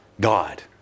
God